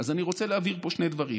אז אני רוצה להבהיר פה שני דברים: